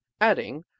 adding